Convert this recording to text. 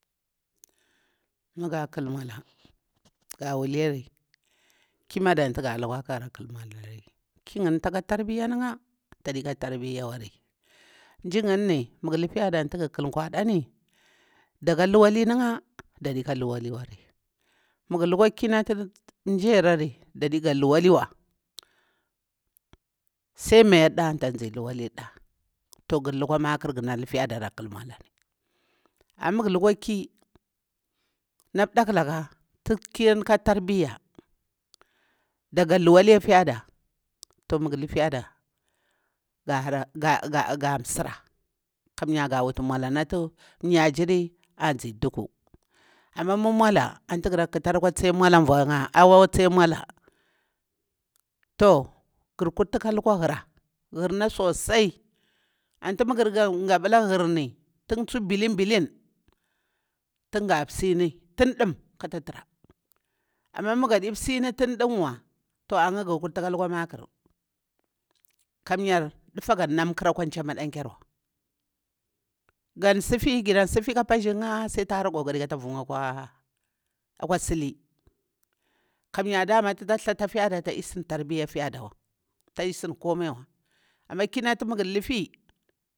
Mah ga kal nmwahah ga wuliyari ki mada ati ga lukiwa kara kal nmwalari, ki ngani taka tarbi nnukha tadi kah tarbiwari a nji ngani magu lifiyada ati gu kul nkirada ni, daka luwali ncha dadika luwaliwari. mah gu lukwa ki nati njiryarari dadiga luwaliw sai miyarda anta nzi luwalida toh gur lukwa maƙur guna lifiyada ka kal mnwalaui. Amah mugulukwa ƙi na bdaklakah ti kini ka tarbiya. gaga luwali afiyada, toh maga lifayada gahara gah msira. kamiya ga wutu nmwa lah nati miyajiri anzi duku ama mah nmwale ati gara kitiar akwa tsiya nmala nvunkha, akwa tsiya nmwaleh. Toh garkuti ka lukwa grah na susai ati magu augabala ghrni tin tsu bilin bilin tin gah sini tin ɗum kata trah. Amah magadi sini tin ɗam toh ankha gar kurti ka lukwa makar. kamiya dufiga nam kar akwa chah madan kyarwa. Gansifi grani sifi ƙah pajirnkha saita hara kukari kata vuncha akwa sili. kamiye dama tita thata afiyada tarbiya tadi sindi trabir afiyawa tadi sim kumiwa amah ki nati gur lifi.